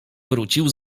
wrócił